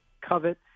covet